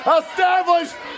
established